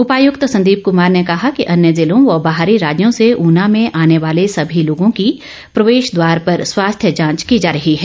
उपायुक्त संदीप कुमार ने कहा कि अन्य ज़िलों व बाहरी राज्यों से उना में आने वाले सभी लोगों की प्रवे ा द्वार पर स्वास्थ्य जोंच की जा रही है